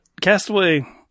Castaway